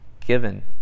given